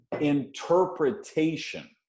interpretation